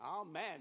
Amen